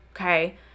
okay